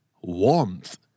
warmth